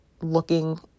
looking